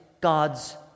god's